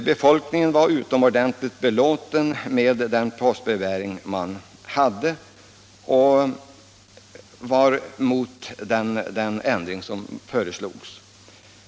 Befolkningen var utomordentligt belåten med den postbrevbäring man hade och var emot den ändring som föreslogs. Postverket genomförde sitt förslag.